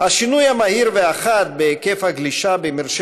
יום האינטרנט הבטוח הבין-לאומי,